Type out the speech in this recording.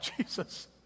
Jesus